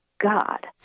God